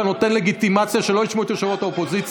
אתה נותן לגיטימציה שלא ישמעו את ראש האופוזיציה.